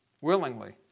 willingly